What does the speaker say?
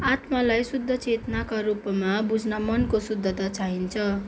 आत्मालाई शुद्ध चेतनाका रूपमा बुझ्न मनको शुद्धता चाहिन्छ